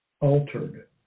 altered